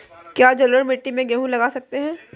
क्या जलोढ़ मिट्टी में गेहूँ लगा सकते हैं?